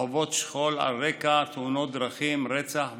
החוות שכול על רקע תאונות דרכים, רצח והתאבדות,